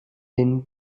den